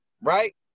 Right